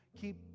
keep